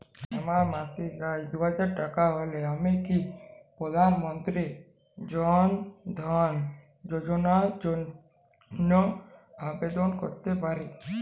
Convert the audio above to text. আমার মাসিক আয় দুহাজার টাকা হলে আমি কি প্রধান মন্ত্রী জন ধন যোজনার জন্য আবেদন করতে পারি?